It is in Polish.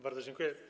Bardzo dziękuję.